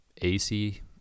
AC